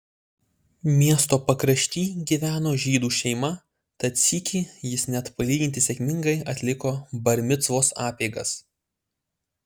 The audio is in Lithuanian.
miesto pakrašty gyveno žydų šeima tad sykį jis net palyginti sėkmingai atliko bar micvos apeigas